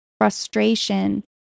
frustration